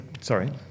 sorry